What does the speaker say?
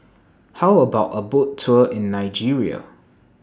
How about A Boat Tour in Nigeria